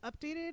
updated